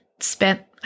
spent